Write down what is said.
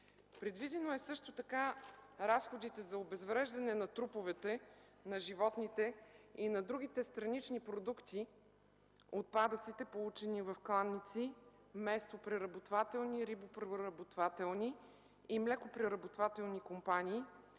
Предвидено е също така разходите за обезвреждане на труповете на животните и на другите странични продукти – отпадъците, получени в кланици, месопреработвателни, рибопреработвателни и млекопреработвателни компании,